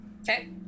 Okay